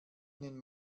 ihnen